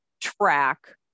track